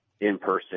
in-person